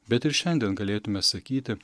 bet ir šiandien galėtume sakyti